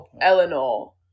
Eleanor